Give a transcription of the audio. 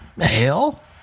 Hell